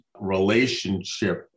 relationship